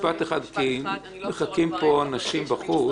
אבל במשפט אחד כי מחכים אנשים בחוץ.